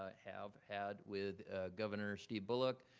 ah have had with governor steve bullock.